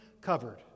covered